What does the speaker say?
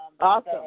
Awesome